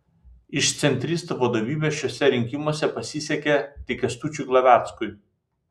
iš centristų vadovybės šiuose rinkimuose pasisekė tik kęstučiui glaveckui